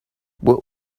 what